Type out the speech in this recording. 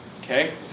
Okay